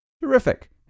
terrific